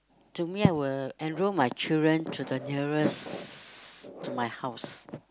to me I will enroll my children to the nearest to my house